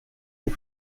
aux